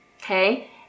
Okay